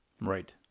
Right